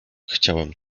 chciałem